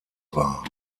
wahr